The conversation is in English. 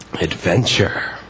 adventure